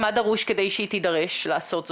מה דרוש כדי שהיא תידרש לעשות זאת?